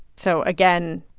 so again,